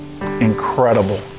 incredible